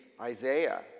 Isaiah